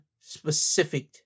specific